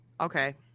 Okay